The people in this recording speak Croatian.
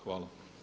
Hvala.